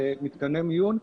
ומתקני מיון,